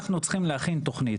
אנחנו צריכים להכין תוכנית.